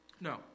No